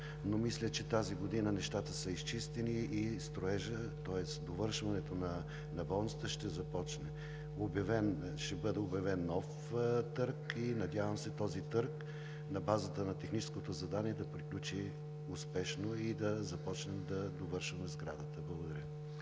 но мисля, че тази година нещата са изчистени и строежът, тоест довършването на болницата ще започне. Ще бъде обявен нов търг. Надявам се този търг на базата на техническото задание да приключи успешно и да започнем да довършваме сградата. Благодаря